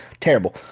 terrible